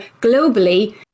globally